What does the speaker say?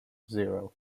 zero